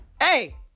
Hey